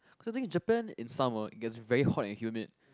cause the thing is Japan in summer it gets very hot and humid